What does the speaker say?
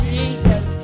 Jesus